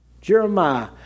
Jeremiah